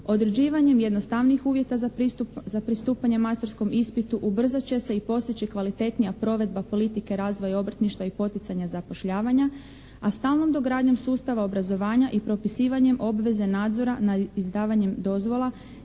određivanjem jednostavnijih uvjeta za pristupanje majstorskom ispitu ubrzat će se i postići kvalitetnija provedba politika razvoja obrtništva i poticanja zapošljavanja a stalnom dogradnjom sustava obrazovanja i propisivanjem obveze nadzora na izdavanjem dozvola